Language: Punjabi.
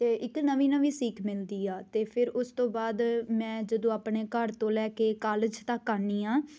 ਅਤੇ ਇੱਕ ਨਵੀਂ ਨਵੀਂ ਸੀਖ ਮਿਲਦੀ ਆ ਅਤੇ ਫਿਰ ਉਸ ਤੋਂ ਬਾਅਦ ਮੈਂ ਜਦੋਂ ਆਪਣੇ ਘਰ ਤੋਂ ਲੈ ਕੇ ਕਾਲਜ ਤੱਕ ਆਉਂਦੀ ਹਾਂ